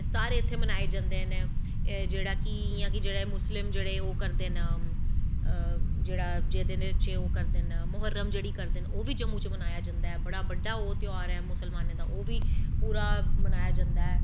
एह् सारे इत्थें बनाए जंदे नै जेह्ड़े कि इयां मुस्लिम जेह्ड़ा जेह्दे च ओह् करदे न मोह्रम जेह्ड़ी करदे न ओह् बी जम्मी च बनाया जंदा ऐ बड़ा बड्डा ओह् ध्यार ऐ मुस्लमानें दा ओह् बी पूरा बनाया जंदा ऐ